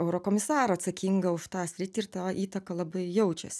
eurokomisarą atsakingą už tą sritį ir ta įtaka labai jaučiasi